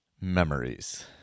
Memories